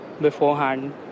beforehand